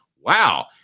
wow